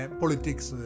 politics